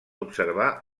observar